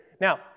Now